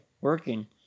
Working